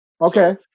Okay